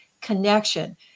connection